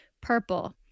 purple